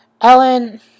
Ellen